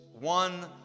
one